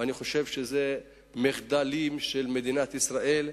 ואני חושב שאלה מחדלים של מדינת ישראל,